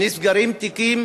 נסגרים תיקים,